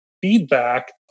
feedback